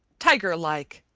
tiger-like,